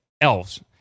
elves